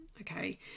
Okay